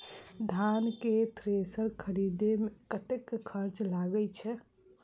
धान केँ थ्रेसर खरीदे मे कतेक खर्च लगय छैय?